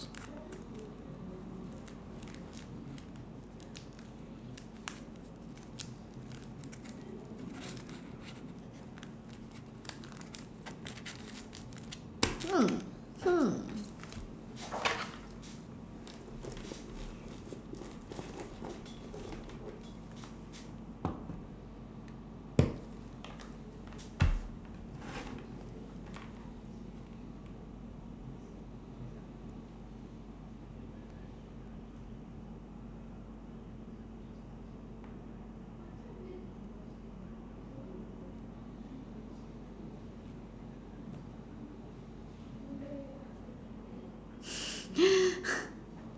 hmm hmm